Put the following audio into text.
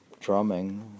drumming